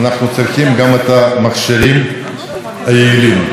איך אנחנו נפתור את הבעיות של המעבדות.